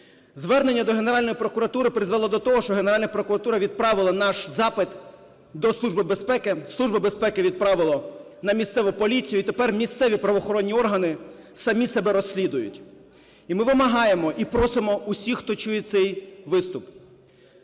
Звернення до Генеральної прокуратури призвело до того, що Генеральна прокуратура відправила наш запит до Служби безпеки. Служба безпеки відправила на місцеву поліцію. І тепер місцеві правоохоронні органи самі себе розслідують. І ми вимагаємо і просимо всіх, хто чує цей виступ: